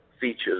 features